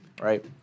right